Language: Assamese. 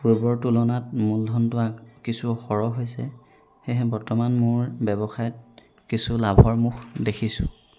পূৰ্বৰ তুলনাত মূলধনটো আগ কিছু সৰহ হৈছে সেয়েহে বৰ্তমান মোৰ ব্যৱসায়ত কিছু লাভৰ মুখ দেখিছোঁ